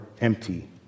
empty